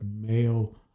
male